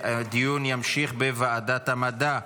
הדיון ימשיך בוועדת המדע.